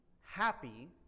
happy